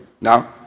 now